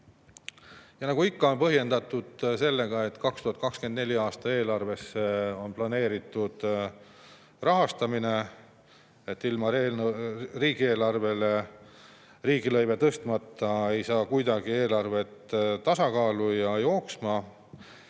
Ja nagu ikka, põhjendatakse sellega, et 2024. aasta eelarvesse on planeeritud rahastamine, ilma riigilõive tõstmata ei saa kuidagi eelarvet tasakaalu ja jooksma.